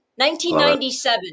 1997